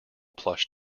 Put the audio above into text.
plush